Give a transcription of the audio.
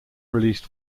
released